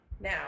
Now